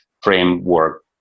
framework